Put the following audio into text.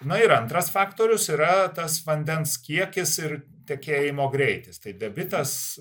na ir antras faktorius yra tas vandens kiekis ir tekėjimo greitis tai debitas